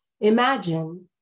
Imagine